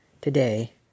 today